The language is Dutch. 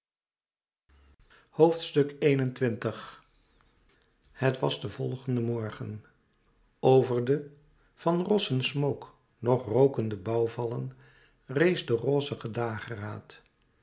het was den volgenden morgen over de van rossen smook nog rookende bouwvallen rees de rozige dageraad